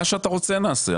מה שאתה רוצה נעשה.